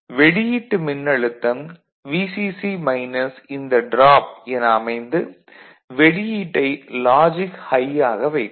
எனவே வெளியீட்டு மின்னழுத்தம் VCC மைனஸ் இந்த டிராப் என அமைந்து வெளியீட்டை லாஜிக் ஹை யாக வைக்கும்